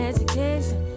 Education